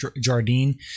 Jardine